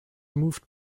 moved